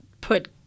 put